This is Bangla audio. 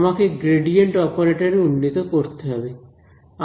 আমাকে গ্রেডিয়েন্ট অপারেটর এ উন্নীত করতে হবে